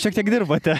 šiek tiek dirbate